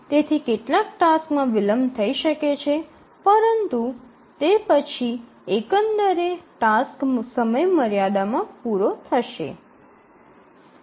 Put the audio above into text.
તેથી કેટલાક ટાસક્સમાં વિલંબ થઈ શકે છે પરંતુ તે પછી એકંદરે ટાસક્સ સમયમર્યાદા માં પૂરો થશે